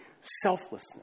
Selflessness